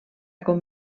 com